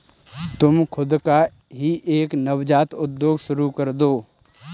तुम खुद का ही एक नवजात उद्योग शुरू करदो